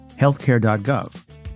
healthcare.gov